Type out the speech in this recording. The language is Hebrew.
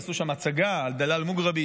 עשו שם הצגה על דלאל מוגרבי,